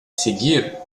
seguir